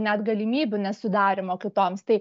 net galimybių nesudarymo kitoms tai